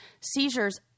Seizures